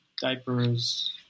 diapers